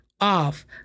off